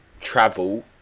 travel